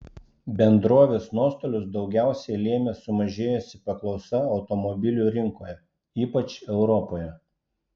bendrovės nuostolius daugiausiai lėmė sumažėjusi paklausa automobilių rinkoje ypač europoje